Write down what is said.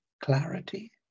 clarity